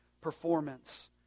performance